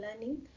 learning